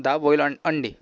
दहा बॉईल अन अंडी